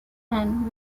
and